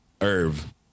Irv